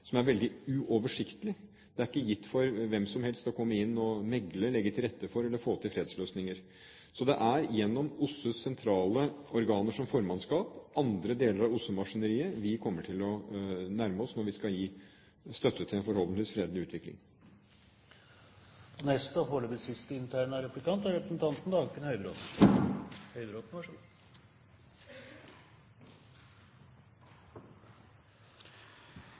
som er veldig uoversiktlig. Det er ikke hvem som helst gitt å komme inn og megle, legge til rette for eller få til fredsløsninger. Det er gjennom OSSEs sentrale organer, som formannskap og andre deler av OSSE-maskineriet, vi kommer til å tilnærme oss når vi skal gi støtte til en forhåpentligvis fredelig utvikling.